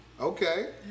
Okay